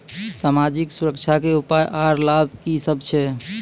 समाजिक सुरक्षा के उपाय आर लाभ की सभ छै?